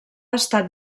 estat